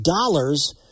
dollars